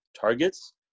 targets